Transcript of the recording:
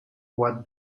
what